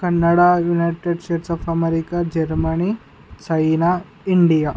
Kannada United Church of America Germany China India